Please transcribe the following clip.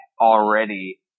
already